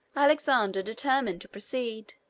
alexander determined to proceed.